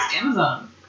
Amazon